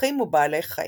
פרחים ובעלי חיים.